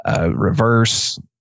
reverse